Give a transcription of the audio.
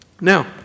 Now